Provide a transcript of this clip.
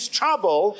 trouble